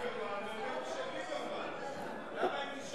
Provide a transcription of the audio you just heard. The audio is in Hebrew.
(חבר הכנסת אופיר אקוניס יוצא מאולם המליאה.) ליברמן לא פה.